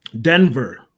Denver